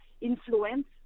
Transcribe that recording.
influence